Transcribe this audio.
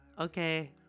okay